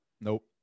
Nope